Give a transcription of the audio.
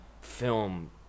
film